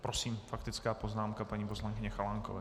Prosím, faktická poznámka paní poslankyně Chalánkové.